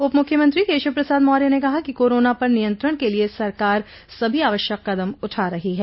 उपमुख्यमंत्री केशव प्रसाद मौर्य ने कहा कि कोरोना पर नियंत्रण के लिये सरकार सभी आवश्यक कदम उठा रही है